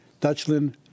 Dutchland